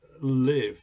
live